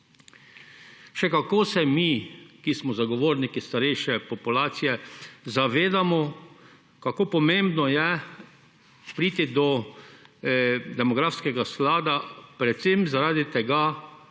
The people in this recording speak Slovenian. Še kako se mi, ki smo zagovorniki starejše populacije, zavedamo, kako pomembno je priti do demografskega sklada, predvsem zaradi tega,